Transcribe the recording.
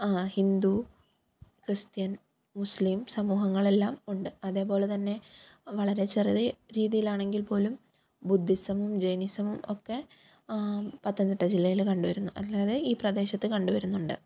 Hindu Christian മുസ്ലീം സമൂഹങ്ങളെല്ലാം ഉണ്ട് അതേപോലെത്തന്നെ വളരെ ചെറിയ രീതിയിൽ ആണെങ്കിൽപ്പോലും ബുദ്ധിസം ജെയ്നിസം ഒക്കെ പത്തനംതിട്ട ജില്ലയിൽ കണ്ട് വരുന്നു അല്ലാതെ ഈ പ്രദേശത്ത് കണ്ടു വരുന്നുണ്ട്